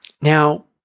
Now